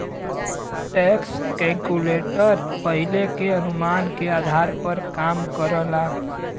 tax calculator पहिले के अनुमान के आधार पर काम करला